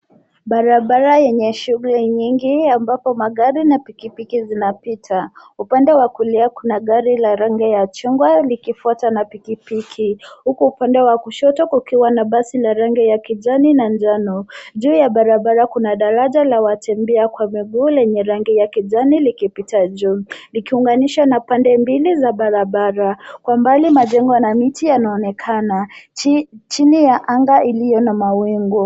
Barabara yenye shughuli nyingi ambapo magari na pikipiki zinapita, upande wa kulia kuna gari la rangi ya chungwa likifuatwa na pikipiki huku pande wa kushoto kukiwa na basi la rangi ya kijani na njano. Juu ya barabara kuna daraja ya watembea kwa miguu lenye rangi ya kijani likipita juu likiunganishwa na pande mbili za barabara , kwa mbali majengo na miti yanaonekana chini ya anga ilio na mawingu.